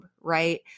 right